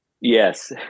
Yes